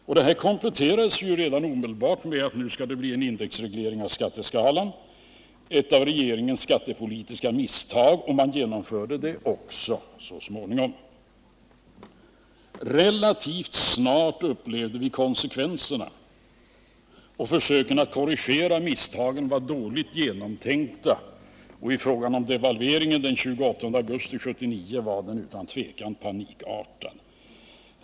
Och detta kompletterades omedelbart med att det skulle bli en indexreglering av skatteskalan — ett av regeringens skattepolitiska misstag. Man genomförde det också så småningom. Relativt snart upplevde vi konsekvenserna, och försöken att korrigera misstagen var dåligt genomtänkta. Devalveringen den 28 augusti 1979 var utan tvivel panikartad.